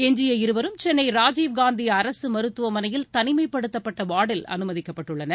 எஞ்சிய இருவரும் சென்னை ராஜீவ்காந்தி அரசு மருத்துவமனையில் தனிமைப்படுத்தப்பட்ட வார்டில் அனுமதிக்கப்பட்டுள்ளனர்